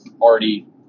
already